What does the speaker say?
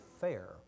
fair